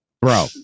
bro